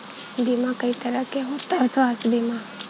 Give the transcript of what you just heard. बीमा कई तरह के होता स्वास्थ्य बीमा?